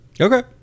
okay